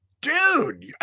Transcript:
dude